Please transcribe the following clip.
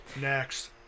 Next